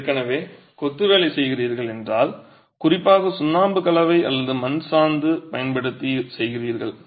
நீங்கள் ஏற்கனவே கொத்து வேலை செய்கிறீர்கள் என்றால் குறிப்பாக சுண்ணாம்பு கலவை அல்லது மண் சாந்து பயன்படுத்தி செய்கிறீர்கள்